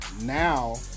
now